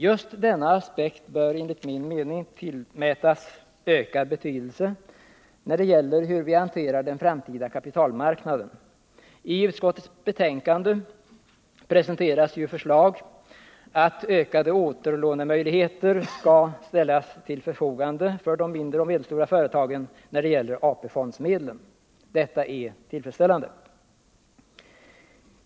Just denna aspekt bör tillmätas ökad betydelse när det gäller hur man hanterar den framtida kapitalmarknaden. I utskottets betänkande presenteras förslag om att ökade återlånemöjligheter skall ges de mindre och medelstora företagen i fråga om AP-fondsmedlen. Detta är tillfredsställande.